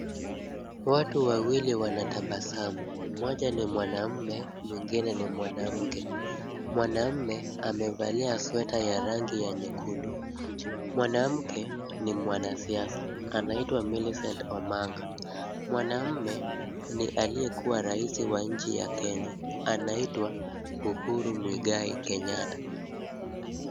Watu wawili wanatabasamu. Mmoja ni mwanaume, mwingine ni mwanamke. Mwanaume amevalia sweta ya rangi ya nyekundu. Mwanamke ni mwanasiasa, anaitwa Millicent Omanga. Mwanaume ni aliyekuwa rais wa nchi ya Kenya, anaitwa Uhuru Muigai Kenyatta.